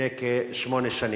לפני כשמונה שנים.